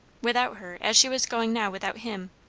without her, as she was going now without him.